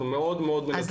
אנחנו מאוד מאוד --- אז,